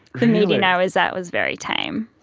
the meeting i was at was very tame.